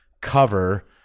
cover